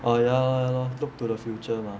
oh ya lor ya lor look to the future mah